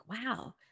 wow